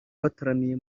bataramiye